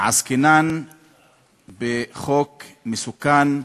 עסקינן בחוק מסוכן,